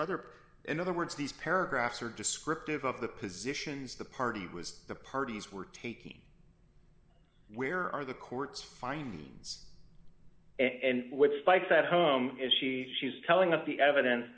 other in other words these paragraphs are descriptive of the positions the party was the parties were taking where are the court's findings and which spike that home is she she is telling us the evidence